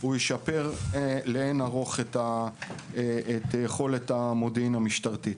הוא ישפר לאין ערוך את יכולת המודיעין המשטרתית.